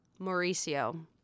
Mauricio